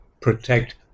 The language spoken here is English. protect